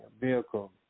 vehicle